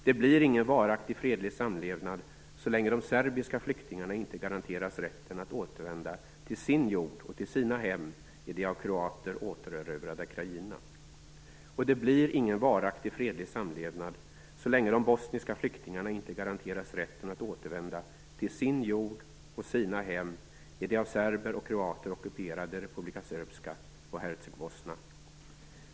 Det blir ingen varaktig fredlig samlevnad så länge de serbiska flyktingarna inte garanteras rätten att återvända till sin jord och till sina hem i det av kroater återerövrade Krajina. Det blir ingen varaktig fredlig samlevnad så länge de bosniska flyktingarna inte garanteras rätten att återvända till sin jord och sina hem i det av serber och kroater ockuperade Republika Srbska och Herceg Bosna.